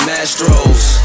Mastro's